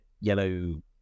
yellow